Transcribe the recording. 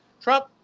Trump